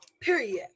Period